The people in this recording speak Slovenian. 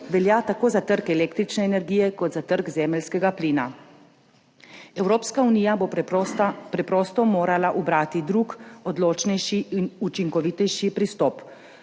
velja tako za trg električne energije kot za trg zemeljskega plina. Evropska unija bo preprosto morala ubrati drug, odločnejši in učinkovitejši pristop.